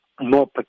more